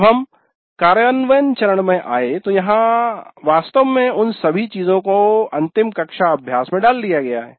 जब हम कार्यान्वयन चरण में आए तो वहां वास्तव में इन सभी चीजों को अंतिम कक्षा अभ्यास में डाल दिया गया है